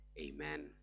amen